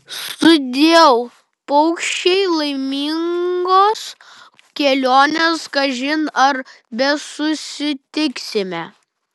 sudieu paukščiai laimingos kelionės kažin ar besusitiksime